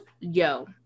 Yo